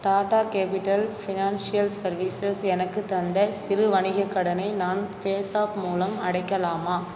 Tata capital financial services எனக்குத் தந்த சிறு வணிகக் கடனை நான் பேஸாப் மூலம் அடைக்கலாமா